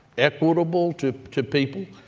equitable to to people.